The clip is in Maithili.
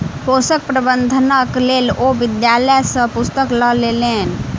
पोषक प्रबंधनक लेल ओ विद्यालय सॅ पुस्तक लय लेलैन